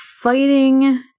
fighting